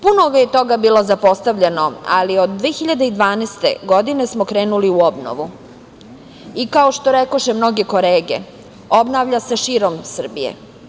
Puno je toga bilo zapostavljeno, ali od 2012. godine smo krenuli u obnovu i kao što rekoše mnoge kolege – obnavlja se širom Srbije.